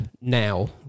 now